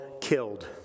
killed